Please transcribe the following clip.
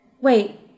Wait